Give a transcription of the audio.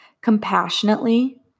compassionately